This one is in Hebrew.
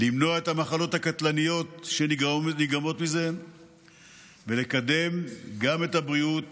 למנוע את המחלות הקטלניות שנגרמות מזה ולקדם גם את הבריאות